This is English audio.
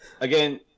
again